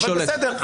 אבל בסדר.